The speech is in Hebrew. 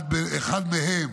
אחת מהן